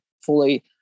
fully